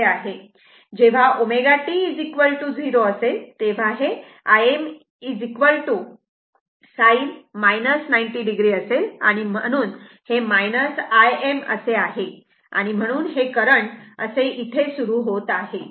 जेव्हा ω t 0 असेल तेव्हा हे Im sin असेल आणि म्हणून हे Im आहे आणि म्हणून हे करंट इथे सुरू होत आहे